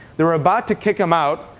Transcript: they were about to kick him out.